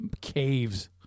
caves